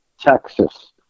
texas